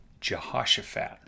Jehoshaphat